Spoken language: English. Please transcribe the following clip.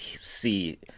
see